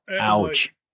Ouch